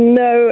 no